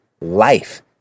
life